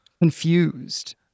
confused